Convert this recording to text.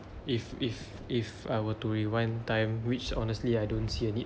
if if if I were to rewind time which honestly I don't see a need